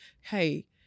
hey